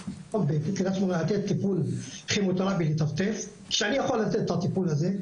קריית שמונה לתת טיפול כימותרפי לטפטף שאני יכול לתת את הטיפול הזה,